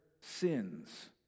sins